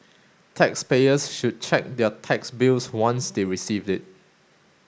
taxpayers should check their tax bills once they receive it